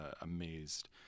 amazed